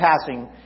passing